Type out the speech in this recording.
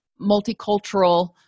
multicultural